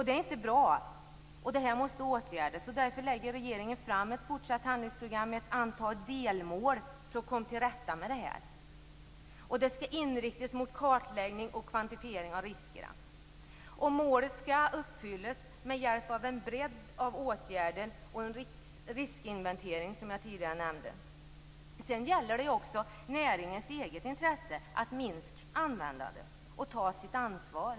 Det är inte bra som det nu är, så detta måste åtgärdas. Därför lägger regeringen fram ett handlingsprogram för fortsatta åtgärder vad gäller ett antal delmål för att komma till rätta med dessa saker. Arbetet skall inriktas på en kartläggning och en kvantifiering av riskerna. Målet skall uppfyllas med hjälp av ett brett register av åtgärder och en riskinventering, som jag tidigare nämnt. Det gäller också näringens eget intresse för att minska användningen av bekämpningsmedel och för att ta sitt ansvar.